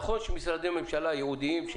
נכון שיש משרדי ממשלה ייעודיים.